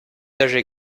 âgée